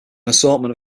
assortment